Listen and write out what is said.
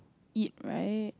eat right